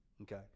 Okay